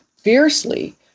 fiercely